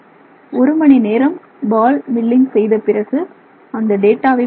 ஒரு மணி நேரம் பால் மில்லிங் செய்தபிறகு அந்த டேட்டாவை பெறுகிறோம்